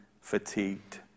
fatigued